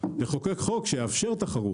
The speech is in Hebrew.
לחוקק חוק שיאפשר תחרות,